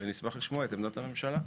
ונשמח לשמוע את עמדת הממשלה.